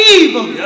evil